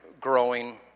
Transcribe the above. growing